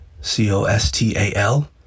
C-O-S-T-A-L